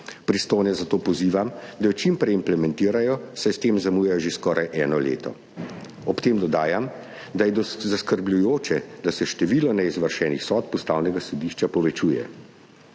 Pristojne zato pozivam, da jo čim prej implementirajo, saj s tem zamujajo že skoraj eno leto. Ob tem dodajam, da je zaskrbljujoče, da se število neizvršenih sodb Ustavnega sodišča povečuje.